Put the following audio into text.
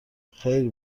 خیر